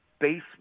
basement